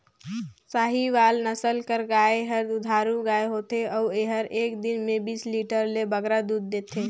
साहीवाल नसल कर गाय हर दुधारू गाय होथे अउ एहर एक दिन में बीस लीटर ले बगरा दूद देथे